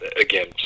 again